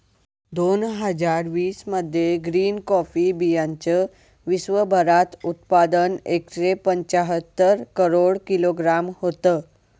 दोन हजार वीस मध्ये ग्रीन कॉफी बीयांचं विश्वभरात उत्पादन एकशे पंच्याहत्तर करोड किलोग्रॅम होतं